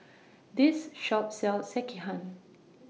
This Shop sells Sekihan